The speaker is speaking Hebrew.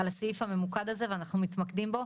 על הסעיף הממוקד הזה ואנחנו מתמקדים בו,